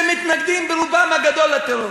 שמתנגדים ברובם הגדול לטרור.